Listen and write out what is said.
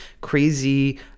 crazy